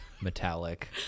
metallic